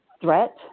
threat